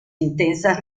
intensas